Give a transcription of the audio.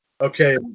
Okay